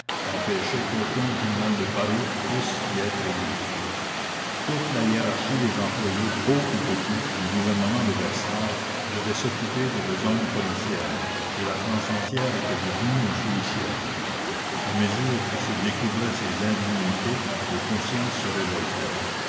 empêcher qu'aucun journal de paris puisse y être lu toute la hiérarchie des employés hauts ou petits du gouvernement de versailles devait s'occuper de besognes policières et la france entière était devenue une souricière a mesure que se découvraient ces indignités les consciences se révoltaient